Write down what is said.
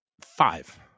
five